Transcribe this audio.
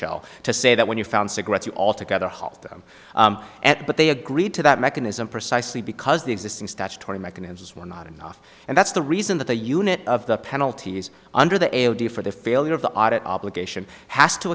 l to say that when you found cigarettes you altogether halt them at but they agreed to that mechanism precisely because the existing statutory mechanisms were not enough and that's the reason that the unit of the penalties under the able deal for the failure of the audit obligation has to